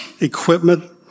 equipment